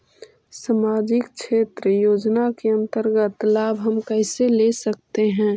समाजिक क्षेत्र योजना के अंतर्गत लाभ हम कैसे ले सकतें हैं?